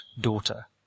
daughter